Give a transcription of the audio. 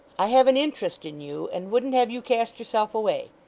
i have an interest in you, and wouldn't have you cast yourself away.